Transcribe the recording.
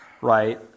right